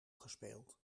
gespeeld